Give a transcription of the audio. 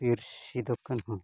ᱯᱤᱨᱥᱤ ᱫᱚᱠᱟᱱ ᱦᱚᱸ